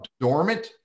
dormant